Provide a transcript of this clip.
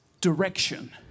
direction